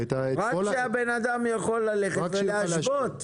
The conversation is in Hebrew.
רק שהאדם יוכל ללכת ולהשוות.